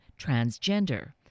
transgender